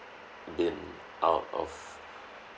been out of